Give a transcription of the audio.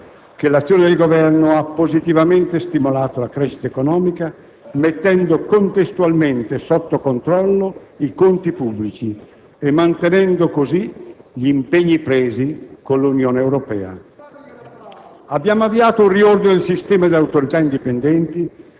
Tuttavia, posso con tranquilla coscienza affermare che l'azione del Governo ha positivamente stimolato la crescita economica mettendo, contestualmente, sotto controllo i conti pubblici e mantenendo così gli impegni presi con l'Unione Europea.